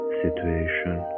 situation